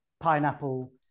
pineapple